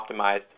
optimized